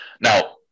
Now